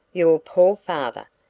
your poor father!